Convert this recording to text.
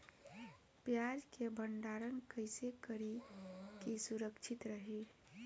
प्याज के भंडारण कइसे करी की सुरक्षित रही?